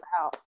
out